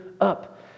up